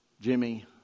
Jimmy